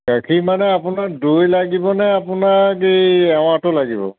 গাখীৰ মানে আপোনাক দৈ লাগিবনে আপোনাক এই এৱাটো লাগিব